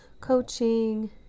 coaching